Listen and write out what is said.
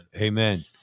Amen